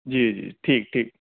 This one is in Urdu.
جی جی ٹھیک ٹھیک